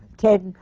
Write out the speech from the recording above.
ted,